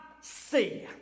see